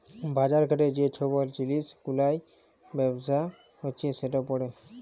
বাজার ঘাটে যে ছব জিলিস গুলার ব্যবসা হছে সেট পড়ে